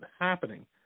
happening